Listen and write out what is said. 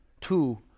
two